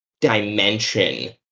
dimension